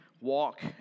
walk